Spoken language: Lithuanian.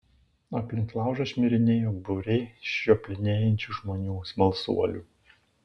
aplink laužą šmirinėjo būriai žioplinėjančių žmonių smalsuolių